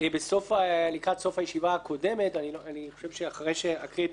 לקראת סוף הישיבה הקודמת, אחרי שאקריא את ההמשך,